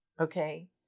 okay